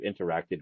interacted